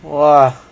!wah!